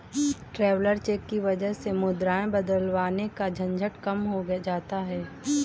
traveller cheque की वजह से मुद्राएं बदलवाने का झंझट कम हो जाता है